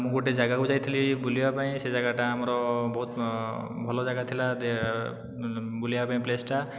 ମୁଁ ଗୋଟିଏ ଜାଗାକୁ ଯାଇଥିଲି ବୁଲିବା ପାଇଁ ସେ ଜାଗାଟା ଆମର ବହୁତ ଭଲ ଜାଗା ଥିଲା ବୁଲିବା ପାଇଁ ପ୍ଲେସ୍ଟା